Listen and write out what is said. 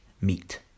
meet